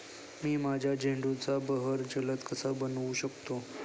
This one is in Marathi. मी माझ्या झेंडूचा बहर जलद कसा बनवू शकतो?